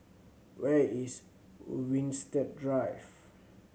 where is Winstedt Drive